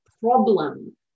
problem